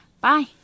Bye